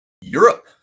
Europe